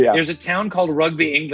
yeah there's a town called rugby, england,